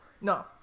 no